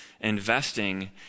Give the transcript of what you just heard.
investing